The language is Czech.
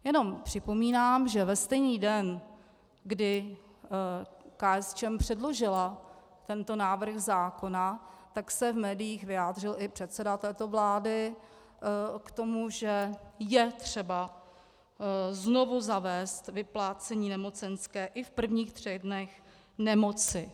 Jenom připomínám, že ve stejný den, kdy KSČM předložila tento návrh zákona, se v médiích vyjádřil i předseda této vlády k tomu, že je třeba znovu zavést vyplácení nemocenské i v prvních třech dnech nemoci.